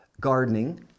gardening